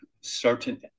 certain